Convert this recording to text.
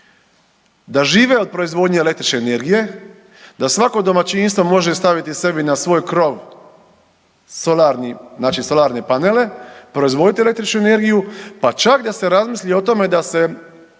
da žive od proizvodnje električne energije, da svako domaćinstvo može staviti sebi na svoj krov solarni, znači solarne panele, proizvoditi električnu energiju, pa čak da se razmisli o tome da se,